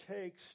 takes